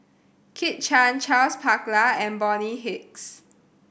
Kit Chan Charles Paglar and Bonny Hicks